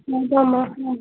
ನಿಮಿಷಾಂಬ ಹ್ಞೂ